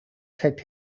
set